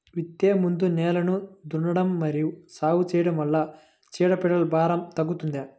విత్తే ముందు నేలను దున్నడం మరియు సాగు చేయడం వల్ల చీడపీడల భారం తగ్గుతుందా?